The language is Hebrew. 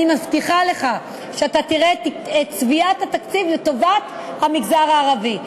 אני מבטיחה לך שאתה תראה את צביעת התקציב לטובת המגזר הערבי.